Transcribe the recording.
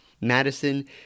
Madison